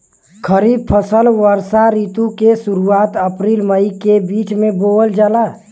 खरीफ फसल वषोॅ ऋतु के शुरुआत, अपृल मई के बीच में बोवल जाला